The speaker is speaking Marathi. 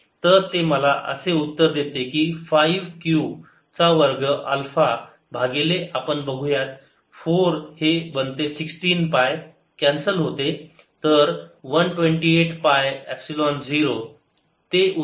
तर ते मला असे उत्तर देते की 5 q चा वर्ग अल्फा भागिले आपण बघूया 4 हे बनते 16 पाय कॅन्सल होते तर 128 पाय एपसिलोन झिरो ते उत्तर आहे